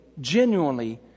genuinely